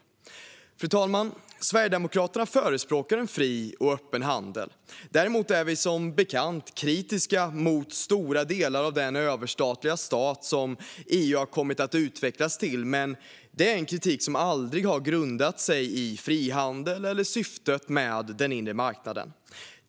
Fru talman! Sverigedemokraterna förespråkar fri och öppen handel. Däremot är vi som bekant kritiska mot stora delar av den överstatliga stat som EU har kommit att utvecklas till, men det är en kritik som aldrig har grundat sig i frihandel eller syftet med den inre marknaden.